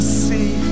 see